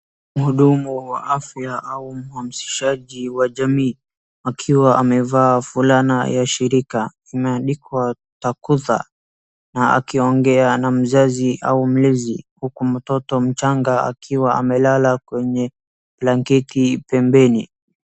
Mhudumu wa afya au mhamisishaji wa jamii akiwa amevaa fulana ya shirika imeandikwa Takutha na akiongea na mzazi au mlezi huku mtoto mchanga akiwa amelala kwenye blanketi pembeni.